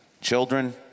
Children